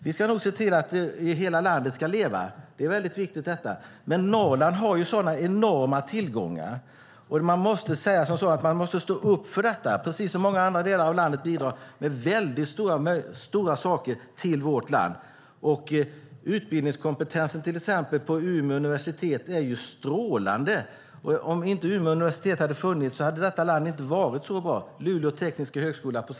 Vi ska se till att hela landet ska leva - det är mycket viktigt - och Norrland har enorma tillgångar. Det måste man stå upp för. Precis som många andra delar av landet bidrar Norrland med stora tillgångar. Utbildningskompetensen vid Umeå universitet är till exempel strålande. Om Umeå universitet inte hade funnits skulle detta land inte ha varit så bra som det är. Det gäller även Luleå tekniska universitet.